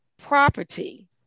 property